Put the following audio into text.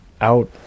out